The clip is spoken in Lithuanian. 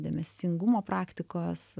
dėmesingumo praktikos